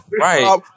right